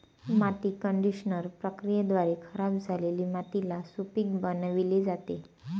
माती कंडिशनर प्रक्रियेद्वारे खराब झालेली मातीला सुपीक बनविली जाते